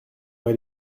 elle